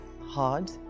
hard